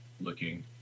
Looking